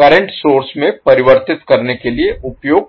current source में परिवर्तित करने के लिए उपयोग कर सकते हैं